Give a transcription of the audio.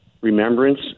remembrance